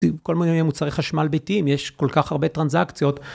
כל מיני מוצרי חשמל ביתיים, יש כל כך הרבה טרנזקציות.